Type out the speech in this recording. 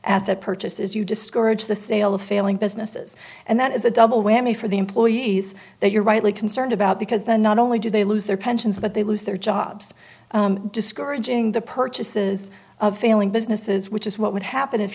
asset purchases you discourage the sale of failing businesses and that is a double whammy for the employees that you're rightly concerned about because the not only do they lose their pensions but they lose their jobs discouraging the purchases of failing businesses which is what would happen if